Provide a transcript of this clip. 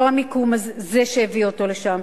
לא המיקום זה שהביא אותו לשם.